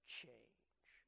change